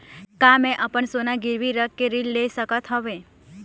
का मैं अपन सोना गिरवी रख के ऋण ले सकत हावे?